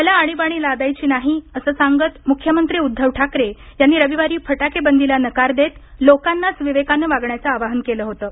मला अणीबाणी लादायची नाही असं सांगत मुख्यमंत्री उद्धव ठाकरे यांनी रविवारी फटाकेबंदीला नकार देत लोकांनाच विवेकानं वागण्याचं आवाहन केलं होतं